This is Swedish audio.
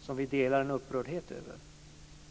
som vi delar en upprördhet över,